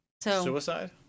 Suicide